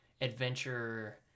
adventure